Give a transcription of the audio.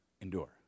endure